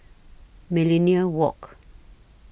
Millenia Walk